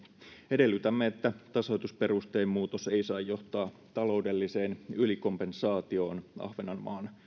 edellytämme että tasoitusperusteen muutos ei saa johtaa taloudelliseen ylikompensaatioon ahvenanmaan